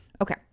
Okay